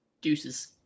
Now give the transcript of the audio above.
Deuces